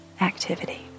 activity